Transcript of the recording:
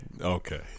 Okay